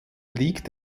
liegt